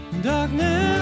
darkness